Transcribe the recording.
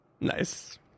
Nice